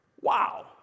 wow